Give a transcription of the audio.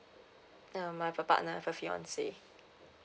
uh my part partner my fiance